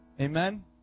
Amen